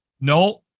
no